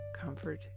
Comfort